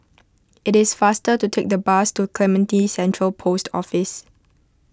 it is faster to take the bus to Clementi Central Post Office